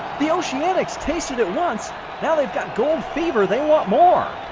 the oceanics tasted it once now they've got gold fever. they want more.